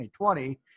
2020